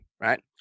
right